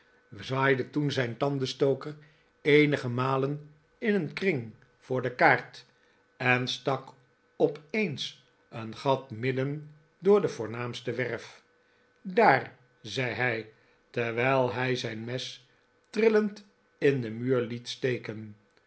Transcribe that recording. zwaaide toen zijn tandenstoker eenige malen in een kring voor de kaart en stak op eens een gat midden door de voornaamste werf daari zei hij terwijl hij zijn mes trillend in den muur liet steken